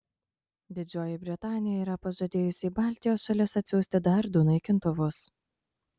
didžioji britanija yra pažadėjusi į baltijos šalis atsiųsti dar du naikintuvus